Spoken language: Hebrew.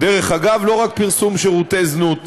דרך אגב, לא רק פרסום שירותי זנות,